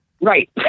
Right